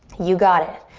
you got it.